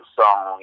song